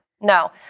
no